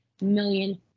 million